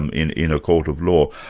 um in in a court of law,